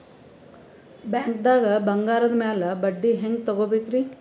ಬ್ಯಾಂಕ್ದಾಗ ಬಂಗಾರದ್ ಮ್ಯಾಲ್ ಬಡ್ಡಿ ಹೆಂಗ್ ತಗೋಬೇಕ್ರಿ?